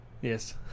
Yes